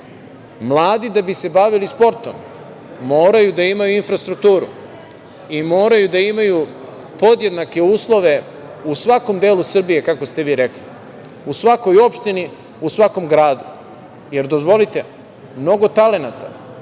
da bi se bavili sportom moraju da imaju infrastrukturu i moraju da imaju podjednake uslove u svakom delu Srbije, kako ste vi rekli, u svakoj opštini, u svakom gradu, jer, dozvolite, mnogo talenata,